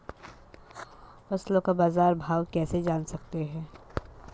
फसलों का बाज़ार भाव कैसे जान सकते हैं?